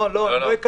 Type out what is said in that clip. לא, הם לא ייכנסו.